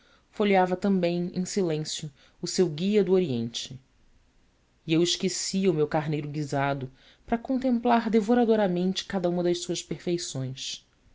folheava também em silêncio o seu guia do oriente e eu esquecia o meu carneiro guisado para contemplar devoradamente cada uma das suas perfeições